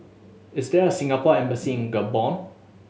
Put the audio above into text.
is there a Singapore Embassy Gabon